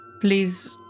please